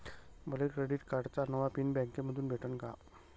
मले क्रेडिट कार्डाचा नवा पिन बँकेमंधून भेटन का?